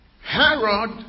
Herod